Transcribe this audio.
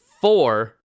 four